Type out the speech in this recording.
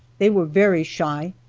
they were very shy,